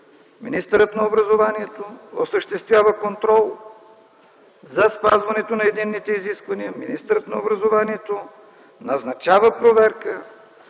„Министърът на образованието осъществява контрол за спазването на единните изисквания; ... министърът на образованието назначава проверка...”.